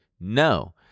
no